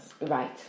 right